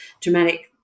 dramatic